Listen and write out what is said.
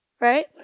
right